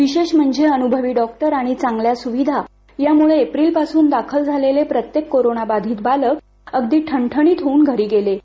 विशेष म्हणजे अनुभवी डॉकटर चांगल्या सुविधा यामुळं एप्रिलपासून दाखल झालेले प्रत्येक कोरोना बाधित बालक अगदी ठणठणीत होऊन घरी गेले आहे